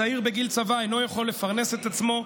צעיר בגיל צבא אינו יכול לפרנס את עצמו,